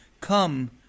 come